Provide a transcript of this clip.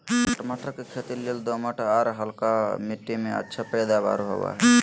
टमाटर के खेती लेल दोमट, आर हल्का मिट्टी में अच्छा पैदावार होवई हई